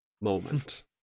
moment